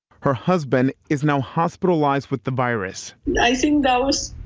her husband is now hospitalized with the virus, nice thing those